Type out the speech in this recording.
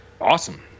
awesome